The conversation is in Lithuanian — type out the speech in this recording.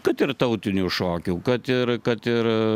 kad ir tautinių šokių kad ir kad ir